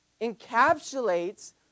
encapsulates